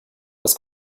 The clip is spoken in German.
das